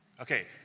Okay